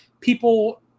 people